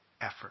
effort